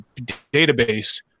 database